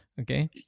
okay